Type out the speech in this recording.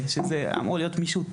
מוכר שאינו רשמי,